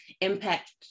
impact